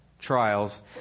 Trials